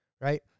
Right